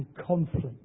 conflict